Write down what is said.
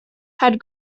had